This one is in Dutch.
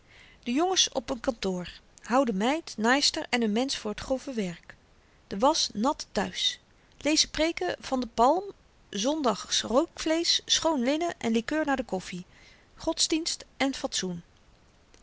de jongens op n kantoor houden meid naaister en n mensch voor t grove werk de was nat thuis lezen preeken van v d palm zondags rookvleesch schoon linnen en likeur na de koffi godsdienst en fatsoen